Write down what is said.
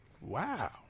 Wow